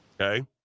okay